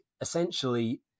essentially